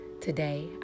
Today